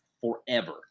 forever